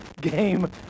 game